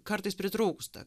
kartais pritrūksta